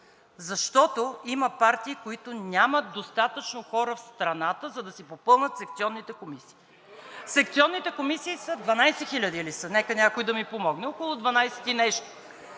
защото има партии, които нямат достатъчно хора в страната, за да си попълнят секционните комисии. Секционните комисии са – 12 хиляди ли са, нека някой да ми помогне, около 12 и нещо.